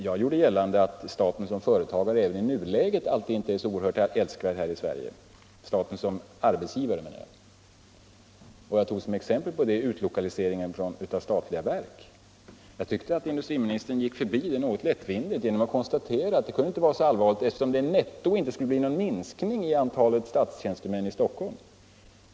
Jag gjorde gällande att staten som arbetsgivare även i nuläget inte alltid är så oerhört älskvärd här i Sverige. Jag tog som exempel utlokaliseringen av statliga verk. Jag tyckte att industriministern gick förbi det något lättvindigt genom att konstatera att det kunde inte vara så allvarligt eftersom det netto inte skulle bli någon minskning i antalet statstjäns temän i Stockholm.